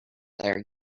there